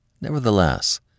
Nevertheless